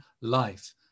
life